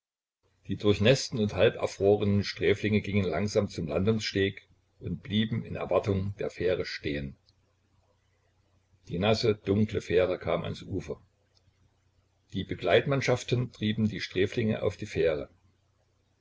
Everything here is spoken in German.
die durchnäßten und halberfrorenen sträflinge gingen langsam zum landungssteg und blieben in erwartung der fähre stehen die nasse dunkle fähre kam ans ufer die begleitmannschaften trieben die sträflinge auf die fähre